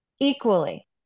Equally